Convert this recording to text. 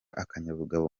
akanyabugabo